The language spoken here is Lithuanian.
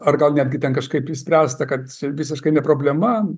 ar gal netgi ten kažkaip išspręsta kad visiškai ne problema